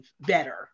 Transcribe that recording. better